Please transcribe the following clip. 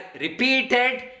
repeated